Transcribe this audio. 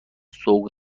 سوق